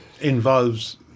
involves